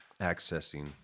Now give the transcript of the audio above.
accessing